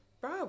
Bro